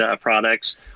products